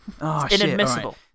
Inadmissible